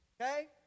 Okay